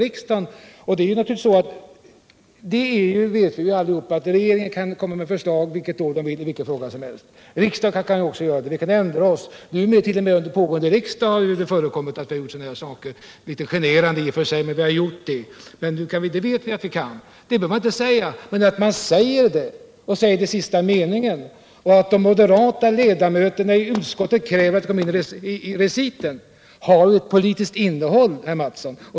Vi vet alla att regeringen kan komma med förslag vilket år den vill i vilken fråga som helst. Riksdagen kan också göra det. Vi kan ändra oss, och det har förekommit sådana saker t.o.m. under pågående riksdag — litet generande i och för sig, men vi har gjort det. Alla vet att vi kan göra det, så det behöver man inte säga. Ändå säger man det och säger det i sista meningen. Detta, liksom att de moderata ledamöterna i utskottet kräver att få in det i reciten, har ett politiskt innehåll, herr Mattsson.